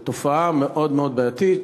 זאת תופעה מאוד מאוד בעייתית.